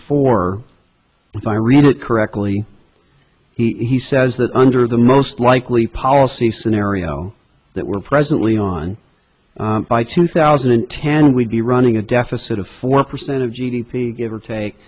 four if i read it correctly he says that under the most likely policy scenario that we're presently on by two thousand and ten we'd be running a deficit of four percent of g d p give or take